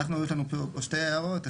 יש לנו פה שתי הערות,